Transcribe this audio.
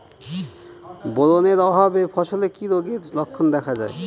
Boron এর অভাবে ফসলে কি রোগের লক্ষণ দেখা যায়?